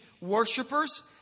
worshippers